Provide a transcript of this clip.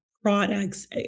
products